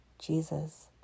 jesus